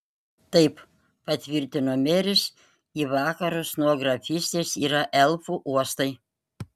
taip patvirtino meris į vakarus nuo grafystės yra elfų uostai